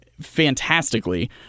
fantastically